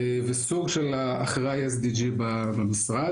וסוג של אחראי ה-SDG במשרד,